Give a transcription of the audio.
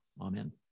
Amen